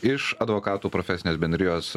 iš advokatų profesinės bendrijos